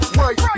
right